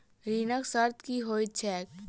ऋणक शर्त की होइत छैक?